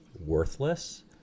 worthless